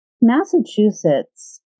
Massachusetts